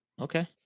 Okay